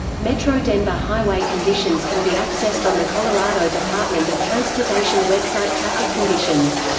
metro denver highway conditions can be accessed on the colorado department of transportation website traffic conditions.